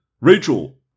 Rachel